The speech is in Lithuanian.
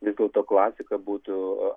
vis dėlto klasika būtų